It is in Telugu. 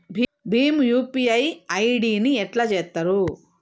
భీమ్ యూ.పీ.ఐ ఐ.డి ని ఎట్లా చేత్తరు?